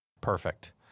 Perfect